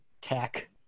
tech